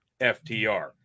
FTR